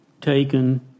taken